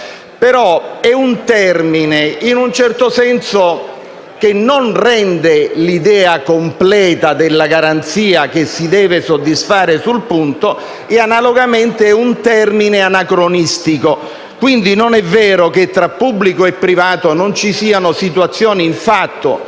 però di un termine che, in un certo senso, non rende l'idea completa della garanzia che si deve soddisfare sul punto. Analogamente, si tratta di un termine anacronistico. Quindi non è vero che tra pubblico e privato non ci siano situazioni in fatto,